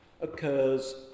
occurs